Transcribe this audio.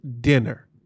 dinner